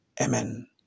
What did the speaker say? Amen